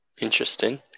Interesting